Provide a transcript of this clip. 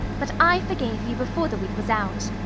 but i forgave you before the week was out.